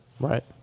Right